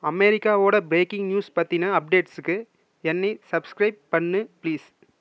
அமெரிக்காவோட breaking news பற்றின அப்டேட்ஸுக்கு என்னை சப்ஸ்கிரைப் பண்ணு பிளீஸ்